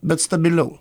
bet stabiliau